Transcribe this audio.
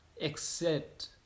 accept